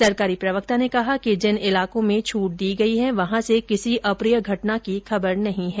सरकारी प्रवक्ता ने कहा कि जिन इलाकों में छूट दी गई है वहां से किसी अप्रिय घटना की खबर नहीं है